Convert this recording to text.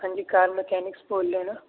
ہاں جی car mechanics بول رہے ہو نا